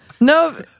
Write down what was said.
No